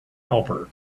helper